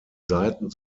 seiten